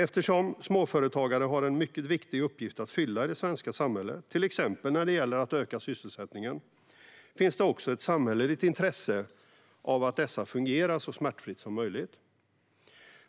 Eftersom småföretag har en mycket viktig uppgift att fylla i det svenska samhället, till exempel när det gäller att öka sysselsättningen, finns det också ett samhälleligt intresse av att de fungerar så smärtfritt som möjligt.